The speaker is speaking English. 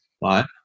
five